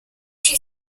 drew